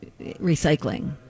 recycling